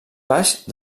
baix